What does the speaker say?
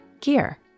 gear